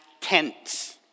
tents